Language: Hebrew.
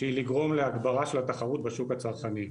והיא לגרום להגברה של התחרות בשוק הצרכני.